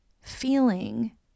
feeling